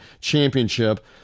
championship